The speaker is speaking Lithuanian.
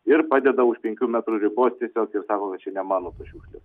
ir padeda už penkių metrų ribos tiesiog ir sako kad čia ne mano tos šiukšlės